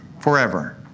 forever